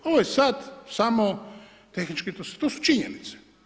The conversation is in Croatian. Ovo je sada samo tehnički, to su činjenice.